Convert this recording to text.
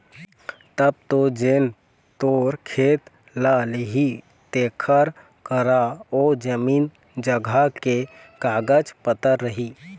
तब तो जेन तोर खेत ल लिही तेखर करा ओ जमीन जघा के कागज पतर रही